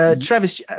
Travis